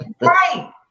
Right